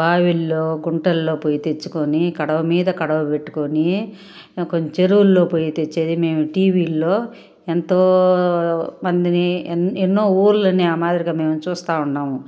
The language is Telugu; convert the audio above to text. బావిల్లో గుంటల్లోపోయి తెచ్చుకొని కడవ మీద కడవ పెట్టుకొని కొంచం చెరువుల్లో పోయి తెచ్చేది మేము టీవీల్లో ఎంతో మందిని ఎన్ ఎన్నో ఊళ్ళనిఆ మాదిరిగా మేము చూస్తా ఉన్నాము